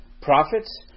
prophets